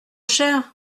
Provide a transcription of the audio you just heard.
cher